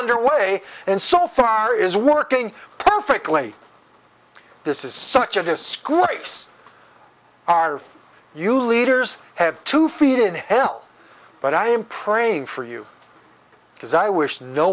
underway and so far is working perfectly this is such a school ice are you leaders have to feed in hell but i am praying for you because i wish no